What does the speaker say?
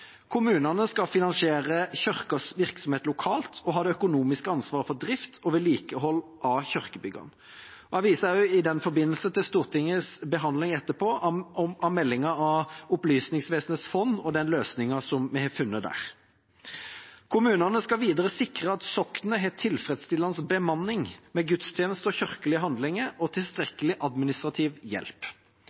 Kommunene skal finansiere Kirkens virksomhet lokalt og ha det økonomiske ansvaret for drift og vedlikehold av kirkebyggene. Jeg viser i den forbindelse til Stortingets behandling etterpå av meldingen om Opplysningsvesenets fond og den løsningen som vi har funnet der. Kommunene skal videre sikre at soknene har tilfredsstillende bemanning med gudstjenester og kirkelige handlinger og tilstrekkelig administrativ hjelp.